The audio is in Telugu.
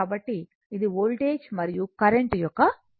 కాబట్టి ఇది వోల్టేజ్ మరియు కరెంట్ యొక్క కోణం